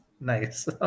Nice